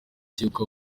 cy’uko